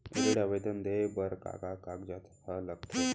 ऋण आवेदन दे बर का का कागजात ह लगथे?